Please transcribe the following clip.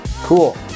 Cool